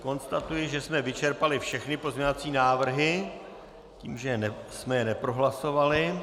Konstatuji, že jsme vyčerpali všechny pozměňovací návrhy, že jsme je neprohlasovali.